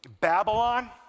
Babylon